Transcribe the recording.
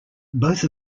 both